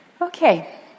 Okay